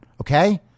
Okay